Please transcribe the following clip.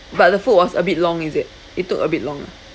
but the food was a bit long is it it took a bit long